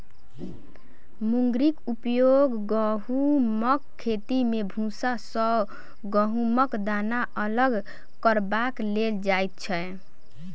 मुंगरीक उपयोग गहुमक खेती मे भूसा सॅ गहुमक दाना अलग करबाक लेल होइत छै